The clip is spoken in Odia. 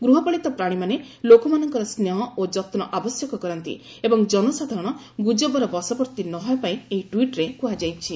ଗୃହପାଳିତ ପ୍ରାଣୀମାନେ ଲୋକମାନଙ୍କର ସ୍ନେହ ଓ ଯତ୍ନ ଆବଶ୍ୟକ କରନ୍ତି ଏବଂ ଜନସାଧାରଣ ଗୁଜବର ବଶବର୍ତ୍ତୀ ନହେବା ପାଇଁ ଏହି ଟ୍ୱିଟ୍ରେ କୁହାଯାଇଛି